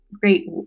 great